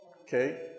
Okay